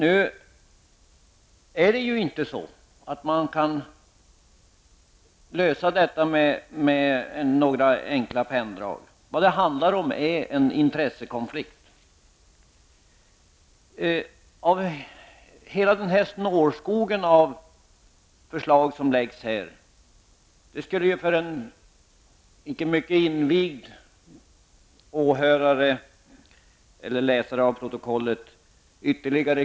Men det går inte att få en lösning här enbart genom några enkla penndrag. Här handlar det nämligen om en intressekonflikt. Det finns en snårskog av förslag, som för en icke synnerligen invigd åhörare av debatten eller läsare av protokollet kan vara förvirrande.